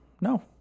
no